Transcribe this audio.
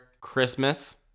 Christmas